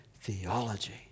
theology